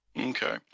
Okay